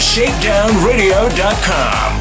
ShakedownRadio.com